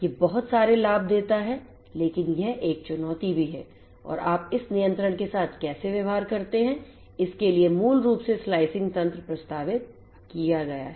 यह बहुत सारे लाभ देता है लेकिन यह एक चुनौती भी है और आप इस नियंत्रण के साथ कैसे व्यवहार करते हैं इसके लिए मूल रूप से स्लाइसिंग तंत्र प्रस्तावित किया गया है